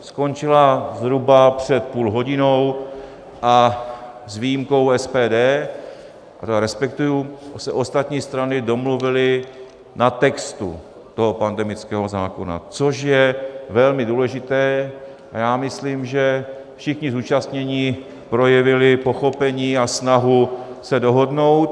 Skončila zhruba před půl hodinou a s výjimkou SPD, a to respektuji, se ostatní strany domluvily na textu toho pandemického zákona, což je velmi důležité, a já myslím, že všichni zúčastnění projevili pochopení a snahu se dohodnout.